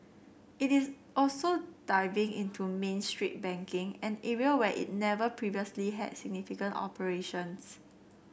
it is also diving into Main Street banking an area where it never previously had significant operations